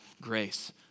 grace